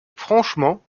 franchement